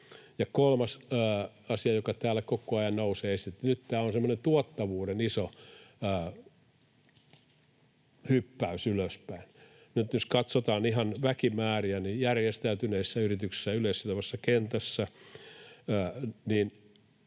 kolmas asia, joka täällä koko ajan nousee, on se, että tämä on semmoinen iso tuottavuuden hyppäys ylöspäin. Nyt jos katsotaan ihan väkimääriä, niin järjestäytyneissä yrityksissä ja yleissitovassa kentässä